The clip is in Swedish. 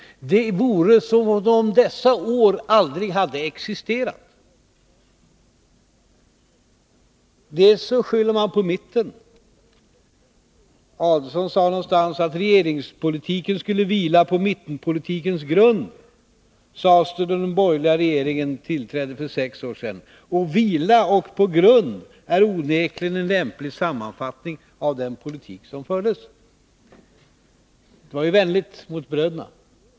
Det vore som om dessa år aldrig hade existerat. Man skyller på mitten. Ulf Adelsohn sade någonstans: Regeringspolitiken skulle vila på mittenpolitikens grund, sades det när den borgerliga regeringen tillträdde för sex år sedan — och vila och på grund är onekligen en lämplig sammanfattning av den politik som fördes. — Det var ju vänligt mot bröderna.